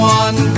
one